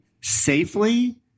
safely